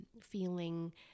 feeling